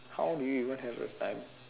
how do you even have a time